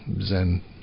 Zen